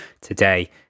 today